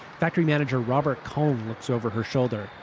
factory manager robert kong looks over her shoulder.